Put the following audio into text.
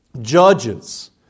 Judges